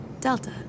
Delta